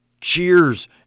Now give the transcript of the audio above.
cheers